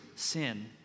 sin